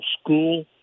school